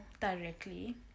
directly